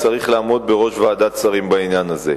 צריך לעמוד בראש ועדת שרים בעניין הזה.